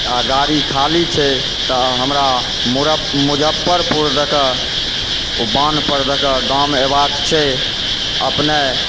आओर गाड़ी खाली छै तऽ हमरा मुजफ्फरपुर दऽ कऽ ओ बान्हपर दए कऽ गाम अयबाक छै अपने